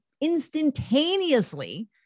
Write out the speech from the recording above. instantaneously